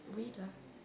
wait lah